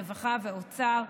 רווחה ואוצר,